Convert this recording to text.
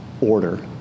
order